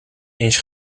eens